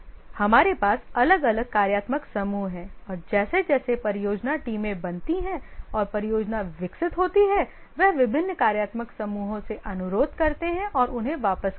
हमारे पास अलग अलग कार्यात्मक समूह हैं और जैसे जैसे परियोजना टीमें बनती हैं और परियोजना विकसित होती है वे विभिन्न कार्यात्मक समूहों से अनुरोध करते हैं और उन्हें वापस करते हैं